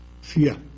fear